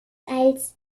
als